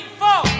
four